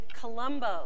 Colombo